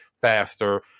faster